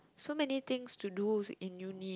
so many things to do in uni